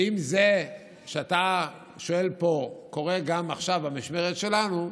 ואם מה שאתה שואל פה קורה עכשיו, במשמרת שלנו,